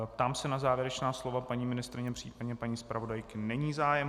Ptám se na závěrečná slova paní ministryně, případně paní zpravodajky není zájem.